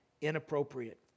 inappropriate